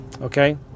Okay